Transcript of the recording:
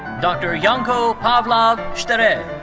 dr. ianko pavlov so